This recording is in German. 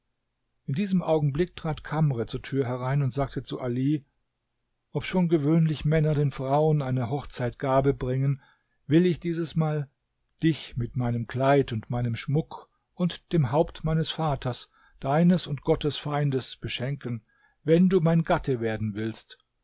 in diesem augenblick trat kamr zur tür herein und sagte zu ali obschon gewöhnlich männer den frauen eine hochzeitgabe bringen will ich dieses mal dich mit meinem kleid und meinem schmuck und dem haupt meines vaters deines und gottes feindes beschenken wenn du mein gatte werden willst